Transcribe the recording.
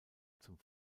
zum